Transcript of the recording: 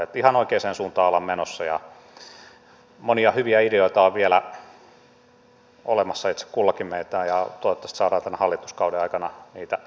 ihan oikeaan suuntaan ollaan menossa ja monia hyviä ideoita on vielä olemassa itse kullakin meistä ja toivottavasti saadaan tämän hallituskauden aikana niitä toteutettua